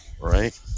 Right